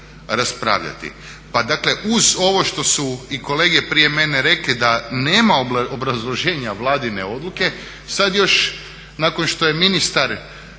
Pa dakle, uz ovo što su i kolege prije mene rekli da nema obrazloženja vladine odluke sad još nakon što je ministar